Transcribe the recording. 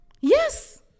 Yes